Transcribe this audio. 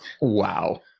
Wow